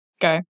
Go